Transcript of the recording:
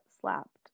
slapped